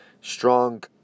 strong